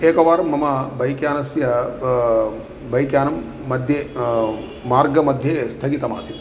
एकवारं मम बैक् यानस्य ब बैक् यानम्मध्ये मार्गमध्ये स्थगितमासीत्